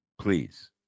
Please